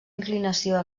inclinació